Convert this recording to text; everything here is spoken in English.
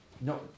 No